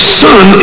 son